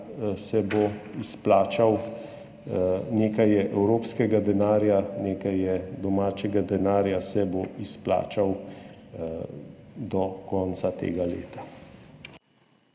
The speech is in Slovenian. da ta denar, nekaj je evropskega denarja, nekaj je domačega denarja, se bo izplačal do konca tega leta.